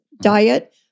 diet